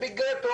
טוב.